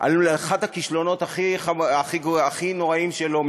על אחד הכישלונות הכי נוראיים שלו,